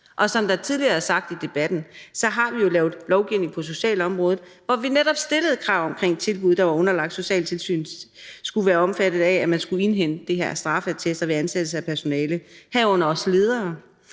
Og som der tidligere er sagt i debatten, har vi jo lavet lovgivning på socialområdet, hvor vi netop stillede krav om, at tilbud, der var underlagt socialtilsynet, skulle være omfattet af, at man skulle indhente de her straffeattester ved ansættelse af personale, herunder også ledere,